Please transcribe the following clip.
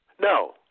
No